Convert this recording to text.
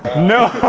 no!